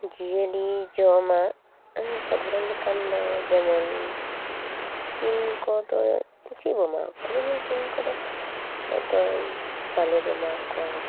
ᱡᱤᱭᱟᱹᱞᱤ ᱡᱚᱢᱟᱜ ᱥᱟᱫᱷᱟᱨᱚᱱ ᱞᱮᱠᱟᱱ ᱫᱚ ᱡᱮᱢᱚᱱ ᱥᱤᱢ ᱠᱚᱫᱚ ᱪᱮᱫ ᱠᱚ ᱮᱢᱟᱣ ᱠᱚᱣᱟ ᱡᱮᱢᱚᱱ ᱥᱤᱢ ᱠᱚᱫᱚ ᱦᱚᱭᱛᱚ ᱪᱟᱣᱞᱮ ᱠᱚ ᱮᱢᱟᱣ ᱠᱚᱣᱟ